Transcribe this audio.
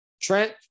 Trent